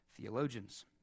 theologians